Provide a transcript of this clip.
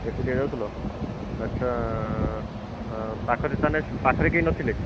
ଏକୁଟିଆ ଯାଉଥିଲା ଆଚ୍ଛା ଅ ପାଖରେ ତାନେ ପାଖରେ କେହିନଥିଲେ